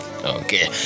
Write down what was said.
Okay